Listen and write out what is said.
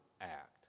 act